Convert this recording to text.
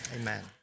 amen